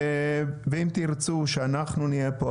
ואם תרצו שאנחנו נהיה פה,